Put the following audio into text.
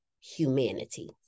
humanity